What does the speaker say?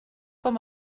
com